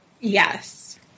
yes